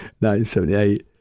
1978